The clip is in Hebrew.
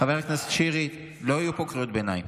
חבר הכנסת שירי, לא יהיו פה קריאות ביניים.